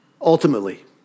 ultimately